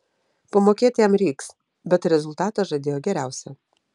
pamokėt jam reiks bet rezultatą žadėjo geriausią